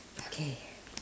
okay